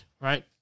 right